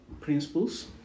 Principles